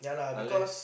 unless